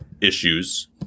issues